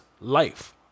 life